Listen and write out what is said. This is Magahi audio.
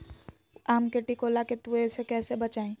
आम के टिकोला के तुवे से कैसे बचाई?